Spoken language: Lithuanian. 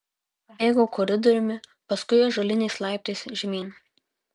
bėgau koridoriumi paskui ąžuoliniais laiptais žemyn